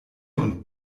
und